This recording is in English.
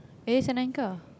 it is an anchor